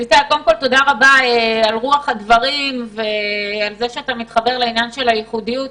תודה רבה על רוח הדברים ועל זה שאתה מתחבר לעניין של הייחודיות.